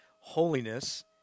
holiness